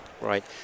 Right